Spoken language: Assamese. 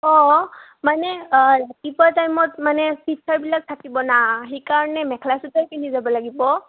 অঁ মানে ৰাতিপুৱা টাইমত মানে টিচাৰবিলাক থাকিব না সেইকাৰণে মেখেলা চাদৰ পিন্ধি যাব লাগিব